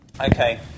Okay